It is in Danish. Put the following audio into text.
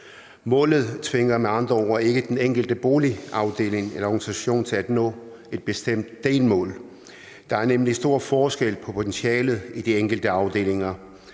Målet tvinger med andre ord ikke den enkelte boligafdeling eller -organisation til at nå et bestemt delmål. Der er nemlig stor forskel på potentialet i de enkelte afdelinger.